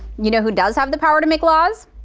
you know who does have the power to make laws?